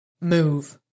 Move